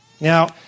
Now